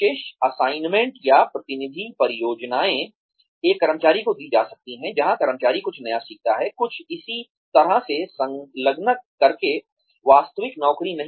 विशेष assignment या प्रतिनिधि परियोजनाएं एक कर्मचारी को दी जा सकती हैं जहां कर्मचारी कुछ नया सीखता है कुछ इसी तरह से संलग्न करके वास्तविक नौकरी नहीं